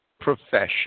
profession